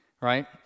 right